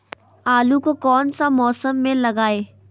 आलू को कौन सा मौसम में लगाए?